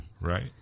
Right